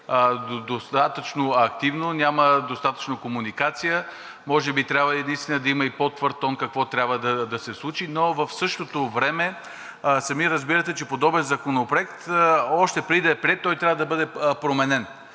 достатъчно активно, няма достатъчно комуникация. Може би трябва единствено да има и по-твърд тон какво трябва да се случи. В същото време сами разбирате, че подобен Законопроект още преди да е приет, трябва да бъде променен.